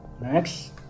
next